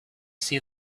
see